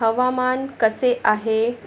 हवामान कसे आहे